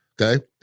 Okay